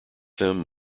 them